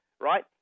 right